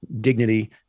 dignity